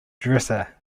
dresser